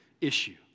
issue